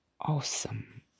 awesome